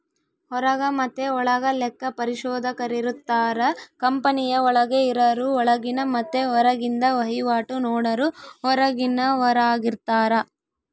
ಹೊರಗ ಮತೆ ಒಳಗ ಲೆಕ್ಕ ಪರಿಶೋಧಕರಿರುತ್ತಾರ, ಕಂಪನಿಯ ಒಳಗೆ ಇರರು ಒಳಗಿನ ಮತ್ತೆ ಹೊರಗಿಂದ ವಹಿವಾಟು ನೋಡರು ಹೊರಗಿನವರಾರ್ಗಿತಾರ